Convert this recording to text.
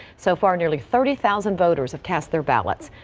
so far nearly thirty thousand voters have cast their ballots.